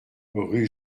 rue